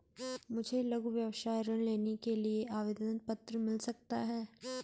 मुझे लघु व्यवसाय ऋण लेने के लिए आवेदन पत्र मिल सकता है?